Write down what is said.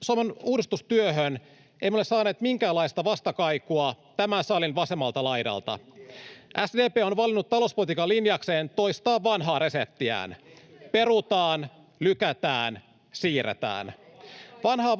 Suomen uudistustyöhön emme ole saaneet minkäänlaista vastakaikua tämän salin vasemmalta laidalta. SDP on valinnut talouspolitiikan linjakseen toistaa vanhaa reseptiään: perutaan, lykätään, siirretään. [Miapetra